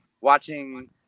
watching